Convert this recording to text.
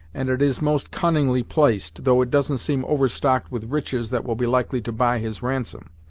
and it is most cunningly placed, though it doesn't seem overstock'd with riches that will be likely to buy his ransom.